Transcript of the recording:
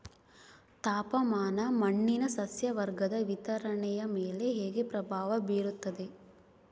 ತಾಪಮಾನ ಮಣ್ಣಿನ ಸಸ್ಯವರ್ಗದ ವಿತರಣೆಯ ಮೇಲೆ ಹೇಗೆ ಪ್ರಭಾವ ಬೇರುತ್ತದೆ?